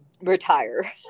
Retire